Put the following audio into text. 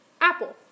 Apple